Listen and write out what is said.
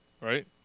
Right